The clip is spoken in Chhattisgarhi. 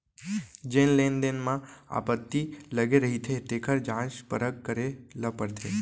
जेन लेन देन म आपत्ति लगे रहिथे तेखर जांच परख करे ल परथे